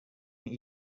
yang